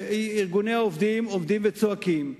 וארגוני העובדים עומדים וצועקים,